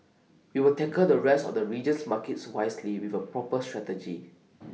we will tackle the rest of the region's markets wisely with A proper strategy